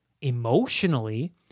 emotionally